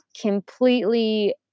completely